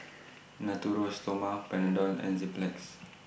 Natura Stoma Panadol and Enzyplex